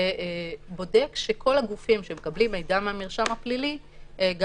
שבודק שכל הגופים שמקבלים מידע מהמרשם הפלילי גם